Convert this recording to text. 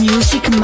Music